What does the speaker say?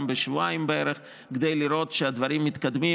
בשבועיים בערך כדי לראות שהדברים מתקדמים,